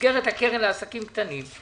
במסגרת הקרן לעסקים קטנים,